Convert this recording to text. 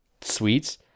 sweets